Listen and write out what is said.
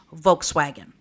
Volkswagen